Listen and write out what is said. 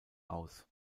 aus